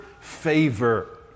favor